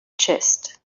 chest